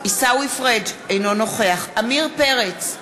אינו נוכח עמיר פרץ,